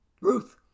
Ruth